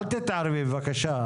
אל תתערבי בבקשה.